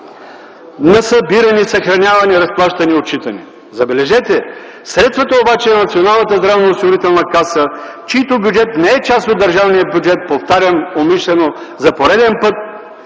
на събиране, съхраняване, разплащане и отчитане”. Забележете, средствата на Националната здравноосигурителна каса, чийто бюджет не е част от държавния бюджет, повтарям умишлено, за пореден път,